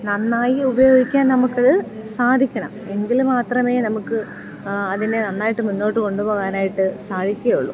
നന്നായി ഉപയോഗിക്കാൻ നമുക്ക് അത് സാധിക്കണം എങ്കിൽ മാത്രമേ നമുക്ക് അതിനെ നന്നായിട്ട് മുന്നോട്ട് കൊണ്ടുപോകാനായിട്ട് സാധിക്കുകയുള്ളൂ